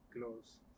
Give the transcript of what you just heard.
Close